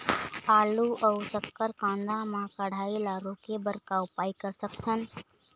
आलू अऊ शक्कर कांदा मा कढ़ाई ला रोके बर का उपाय कर सकथन?